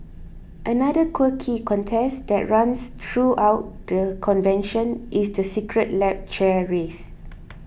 another quirky contest that runs throughout the convention is the Secret Lab chair race